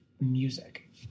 music